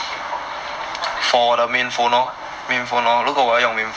!huh! hot spot then you link link to what